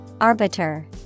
Arbiter